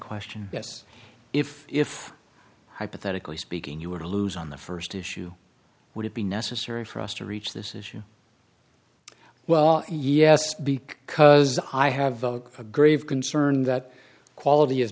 question yes if if hypothetically speaking you were to lose on the st issue would it be necessary for us to reach this issue well yes because i have a grave concern that quality is